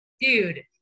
dude